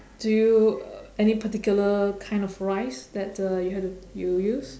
do you uh any particular kind of rice that uh you have to you use